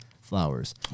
flowers